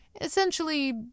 Essentially